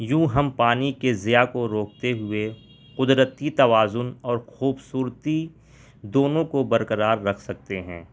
یوں ہم پانی کے زیاں کو روکتے ہوئے قدرتی توازن اور خوبصورتی دونوں کو برقرار رکھ سکتے ہیں